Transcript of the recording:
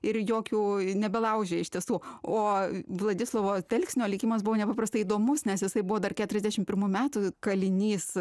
ir jokių nebelaužė iš tiesų o vladislovo telksnio likimas buvo nepaprastai įdomus nes jisai buvo dar keturiasdešimt pirmų metų kalinys